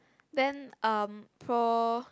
then um pro